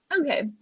Okay